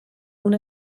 una